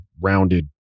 rounded